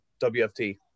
WFT